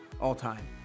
all-time